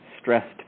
stressed